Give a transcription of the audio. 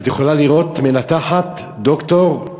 את יכולה לראות מנתחת, דוקטור,